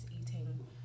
eating